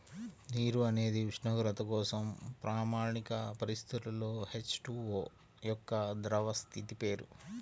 నీరు అనేది ఉష్ణోగ్రత కోసం ప్రామాణిక పరిస్థితులలో హెచ్.టు.ఓ యొక్క ద్రవ స్థితి పేరు